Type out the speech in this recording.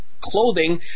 clothing